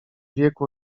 wieku